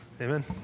Amen